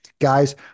Guys